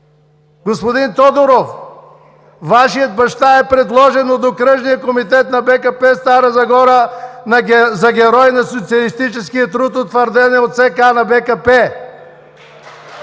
Господин Тодоров, Вашият баща е предложен от Окръжния комитет на БКП – Стара Загора, за Герой на социалистическия труд, утвърден е от ЦК на БКП.